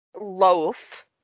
loaf